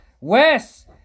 Wes